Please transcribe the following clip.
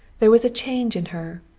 there was a change in her,